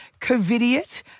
covidiot